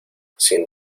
sin